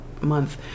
month